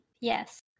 yes